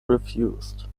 refused